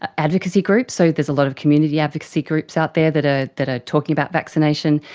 advocacy groups, so there's a lot of community advocacy groups out there that ah that are talking about vaccination,